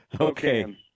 okay